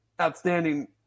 outstanding